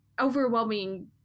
overwhelming